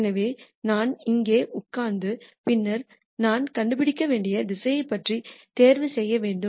எனவே நான் இங்கே உட்கார்ந்து பின்னர் நான் கண்டுபிடிக்க வேண்டிய திசையைப் பற்றி தேர்வு செய்ய வேண்டும்